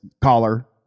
caller